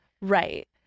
right